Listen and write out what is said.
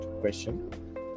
question